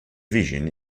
vision